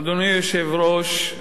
אדוני היושב-ראש,